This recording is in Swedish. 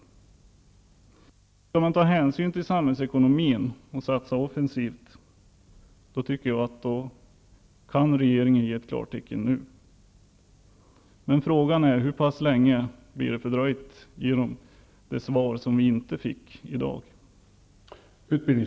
Om man skall ta hänsyn till samhällsekonomin och satsa offensivt tycker jag att regeringen skall ge ett klartecken nu. Men frågan är hur pass länge detta blir fördröjt genom det svar som jag inte fick i dag.